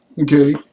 Okay